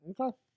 Okay